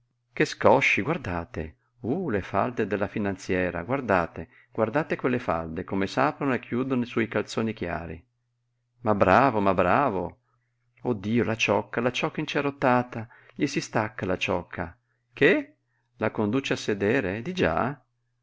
che scosci guardate uh le falde della finanziera guardate guardate quelle falde come s'aprono e chiudono su i calzoni chiari ma bravo ma bravo oh dio la ciocca la ciocca incerottata gli si stacca la ciocca che la conduce a sedere digià